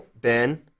Ben